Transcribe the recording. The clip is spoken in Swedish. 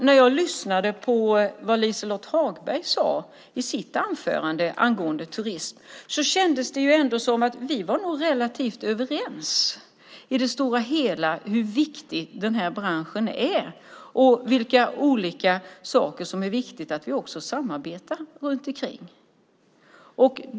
När jag lyssnade på vad Liselott Hagberg sade i sitt anförande angående turism kändes det ändå som att vi var relativt överens i det stora hela om hur viktig den här branschen är och vilka olika saker som det är viktigt att vi samarbetar runt.